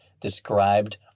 described